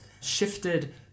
shifted